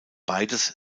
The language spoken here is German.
beides